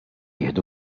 jieħdu